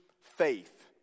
faith